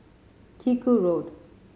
Chiku Road